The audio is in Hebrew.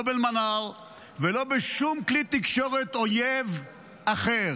באל-מנאר ולא בשום כלי תקשורת אויב אחר.